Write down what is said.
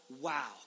wow